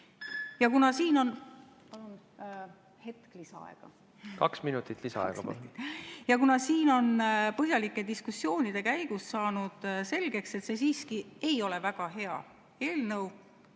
Kuna siin on põhjalike diskussioonide käigus saanud selgeks, et see siiski ei ole väga hea eelnõu,